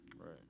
Right